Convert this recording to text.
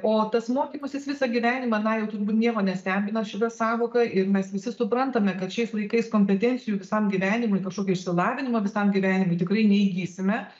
o tas mokymasis visą gyvenimą na jau turbūt nieko nestebina šita sąvoka ir mes visi suprantame kad šiais laikais kompetencijų visam gyvenimui kažkokio išsilavinimo visam gyvenimui tikrai neįsigysime